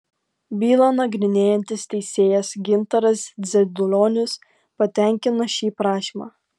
bylą nagrinėjantis teisėjas gintaras dzedulionis patenkino šį prašymą